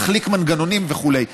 להחליק מנגנונים וכו'.